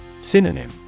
Synonym